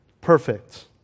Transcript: perfect